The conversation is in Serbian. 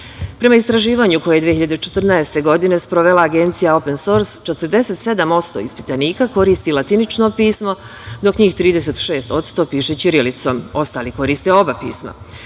istraživanju koje je 2014. godine sprovela agencija „Open sors“ 47% ispitanika koristi latinično pismo, dok njih 36% piše ćirilicom. Ostali koriste oba pisma.